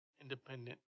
independent